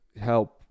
help